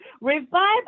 Revive